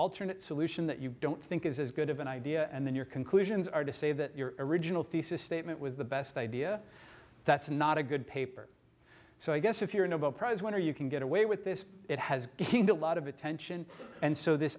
alternate solution that you don't think is as good of an idea and then your conclusions are to say that your original thesis statement was the best idea that's not a good paper so i guess if you're a nobel prize winner you can get away with this it has gained a lot of attention and so this